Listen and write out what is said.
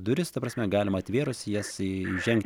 durys ta prasme galima atvėrus į jas įžengt